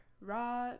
raw